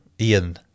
Ian